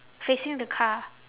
facing the car